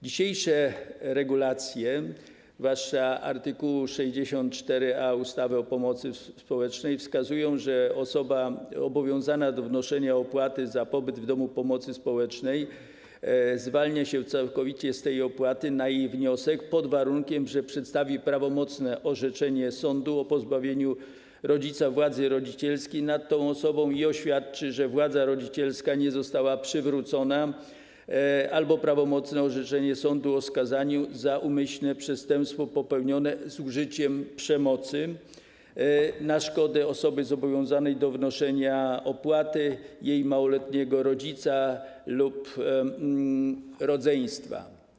Dzisiejsze regulacje, zwłaszcza art. 64a ustawy o pomocy społecznej, wskazują, że osobę obowiązaną do wnoszenia opłaty za pobyt w domu pomocy społecznej zwalnia się całkowicie z tej opłaty, na jej wniosek, pod warunkiem że przedstawi prawomocne orzeczenie sądu o pozbawieniu rodzica władzy rodzicielskiej nad tą osobą i oświadczy, że władza rodzicielska nie została przywrócona, albo jest prawomocne orzeczenie sądu o skazaniu za umyślne przestępstwo popełnione z użyciem przemocy na szkodę osoby obowiązanej do wnoszenia opłaty, jej małoletniego rodzeństwa lub rodzica.